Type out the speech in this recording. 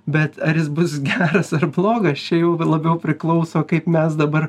bet ar jis bus geras ar blogas čia jau labiau priklauso kaip mes dabar